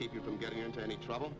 keep you from getting into any trouble